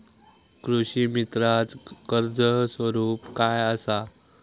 कृषीमित्राच कर्ज स्वरूप काय असा?